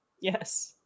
Yes